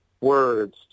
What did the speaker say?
words